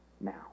now